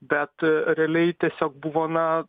bet realiai tiesiog buvo na